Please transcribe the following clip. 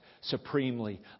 supremely